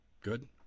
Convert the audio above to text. Good